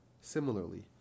Similarly